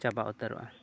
ᱪᱟᱵᱟ ᱩᱛᱟᱹᱨᱚᱜᱼᱟ